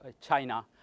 China